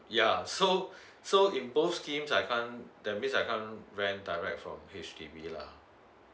yeah so so in both schemes I can't that means I can't rent direct from H_D_B lah